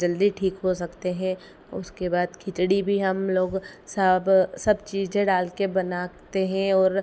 जल्दी ठीक हो सकते हैं उसके बाद खिचड़ी भी हम लोग सब सब चीज़ें डाल कर बनाते हैं और